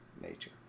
nature